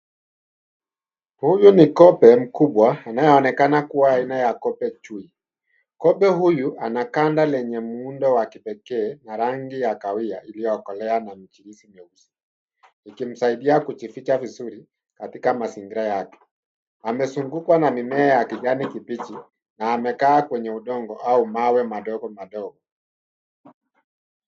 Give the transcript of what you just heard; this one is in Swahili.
Huyu ni kobe mkubwa anayeonekana kuwa aina ya kobe chui. Kobe huyu anakanda lenye muundo wa kipekee na rangi ya kahawia iliyokorea na michirizi myeusi ikimsaidia kujificha vizuri katika mazingira yake. Anazungukwa na mimea ya kijani kibichi na amakaa kwenye udongo au mawe madogo madogo.